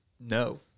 no